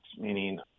meaning